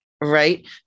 Right